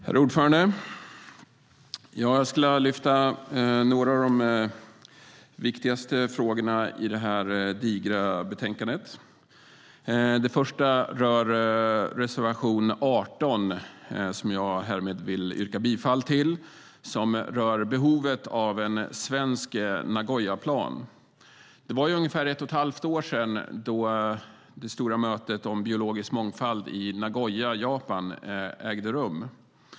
Herr talman! Jag ska lyfta fram några av de viktigaste frågorna i detta digra betänkande, den första i reservation 18, som rör behovet av en svensk Nagoyaplan, vilken jag härmed vill yrka bifall till. Det var för ungefär ett och halvt år sedan, oktober 2010, som det stora mötet om biologisk mångfald i Nagoya i Japan ägde rum.